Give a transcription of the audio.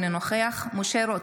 אינו נוכח משה רוט,